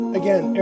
again